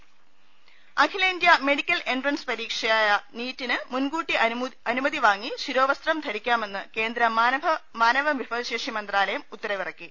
ന അഖിലേന്ത്യാ medical entrance പരീക്ഷയായ നീറ്റിന് മുൻകൂട്ടി അനുമതി വാങ്ങി ശിരോവസ്ത്രം ധരിക്കാമെന്ന് കേന്ദ്ര മാനവ വിഭവശേഷി മന്ത്രാലയം ഉത്തരവിറക്കി